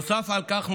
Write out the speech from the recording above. נוסף על כך,